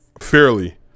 fairly